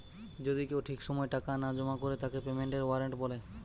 যদি কেউ ঠিক সময় টাকা না জমা করে তাকে পেমেন্টের ওয়ারেন্ট বলে